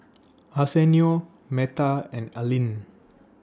Arsenio Meta and Alleen